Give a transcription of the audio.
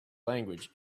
language